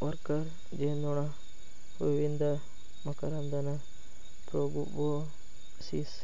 worker ಜೇನನೋಣ ಹೂವಿಂದ ಮಕರಂದನ ಪ್ರೋಬೋಸಿಸ್